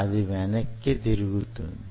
అది వెనక్కి తిరుగుతుంది